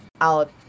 out